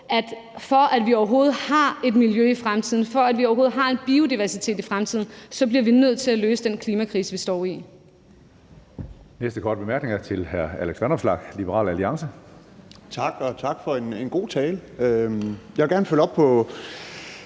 at for at vi overhovedet har et miljø i fremtiden og for at vi overhovedet har en biodiversitet i fremtiden, bliver vi nødt til at løse den klimakrise, vi står i.